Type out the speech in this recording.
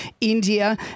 India